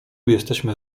jesteśmy